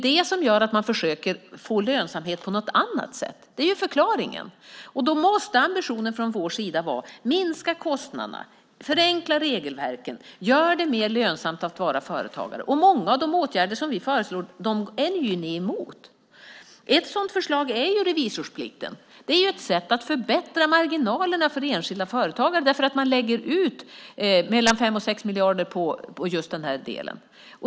Det gör att man försöker få lönsamhet på något annat sätt. Det är förklaringen. Då måste ambitionen från vår sida vara att minska kostnaderna, förenkla regelverken och göra det mer lönsamt att vara företagare. Många av de åtgärder som vi föreslår är ni emot. Ett sådant förslag är slopandet av revisorsplikten. Det är ett sätt att förbättra marginalerna för enskilda företagare. Man lägger ut 5-6 miljarder just på den delen.